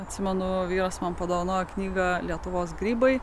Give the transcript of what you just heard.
atsimenu vyras man padovanojo knygą lietuvos grybai